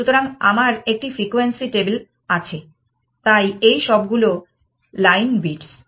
সুতরাং আমার একটি ফ্রিকোয়েন্সি টেবিল আছে তাই এই সবগুলো লাইন বিটস